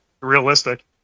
realistic